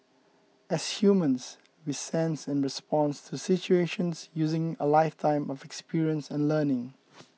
as humans we sense and respond to situations using a lifetime of experience and learning